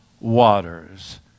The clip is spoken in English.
waters